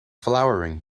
flowering